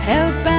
Help